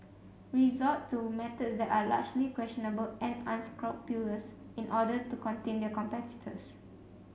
resort to methods that are largely questionable and unscrupulous in order to contain their competitors